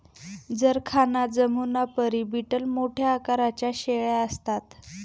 जरखाना जमुनापरी बीटल मोठ्या आकाराच्या शेळ्या असतात